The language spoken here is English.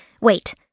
Wait